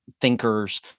thinkers